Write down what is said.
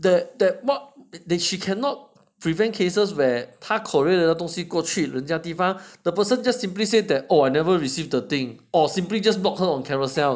that that what she cannot prevent cases where 他 courier 的东西过去人家的地方 the person just simply say I never receive the thing or block her on Carousell